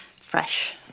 fresh